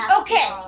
Okay